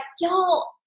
y'all